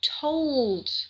told